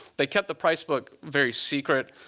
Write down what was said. they kept the prize book very secret.